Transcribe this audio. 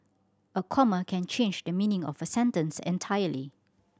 a comma can change the meaning of a sentence entirely